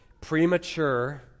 premature